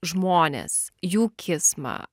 žmones jų kismą